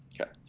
Okay